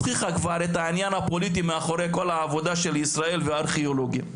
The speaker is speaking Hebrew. הוכיחה כבר את העניין הפוליטי מאחורי כל העבודה של ישראל וארכיאולוגיה.